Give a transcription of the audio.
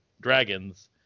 dragons